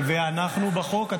אנחנו בחוק,